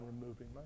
removing